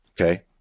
Okay